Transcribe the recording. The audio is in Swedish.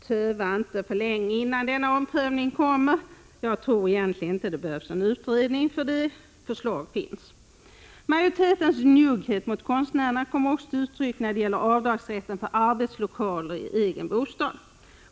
Töva inte för länge innan denna omprövning kommer! Jag tror egentligen inte att det behövs en utredning — förslag finns. Majoritetens njugghet mot konstnärerna kommer också till uttryck när det gäller avdragsrätten för arbetslokaler i egen bostad.